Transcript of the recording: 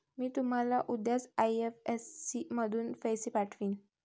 मी तुम्हाला उद्याच आई.एफ.एस.सी मधून पैसे पाठवीन